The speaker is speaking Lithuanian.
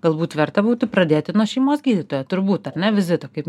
galbūt verta būtų pradėti nuo šeimos gydytojo turbūt ar ne vizito kaip